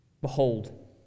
Behold